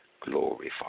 glory